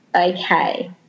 okay